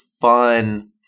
fun